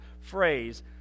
phrase